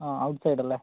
ആ ഔട്ട്സൈഡല്ലേ